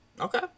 Okay